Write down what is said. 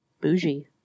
Bougie